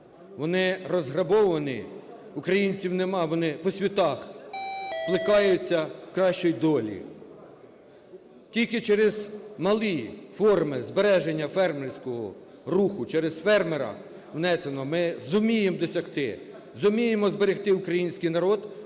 вони розграбовані, українців нема, вони по світах плекаються кращої долі. Тільки через малі форми збереження фермерського руху, через фермера, внесено, ми зуміємо досягти, зуміємо зберегти український народ,